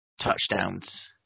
touchdowns